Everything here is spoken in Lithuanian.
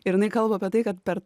ir jinai kalba apie tai kad per